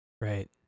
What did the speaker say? right